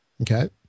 Okay